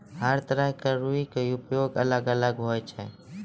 हर तरह के रूई के उपयोग अलग अलग होय छै